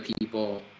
people